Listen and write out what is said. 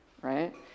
right